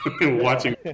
watching